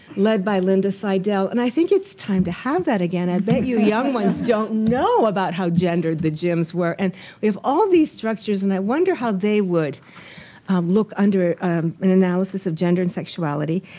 led by linda sydell. and i think it's time to have that again. i bet you young ones don't know about how gendered the gyms were. and we have all these structures. and i wonder how they would look under an analysis of gender and sexuality.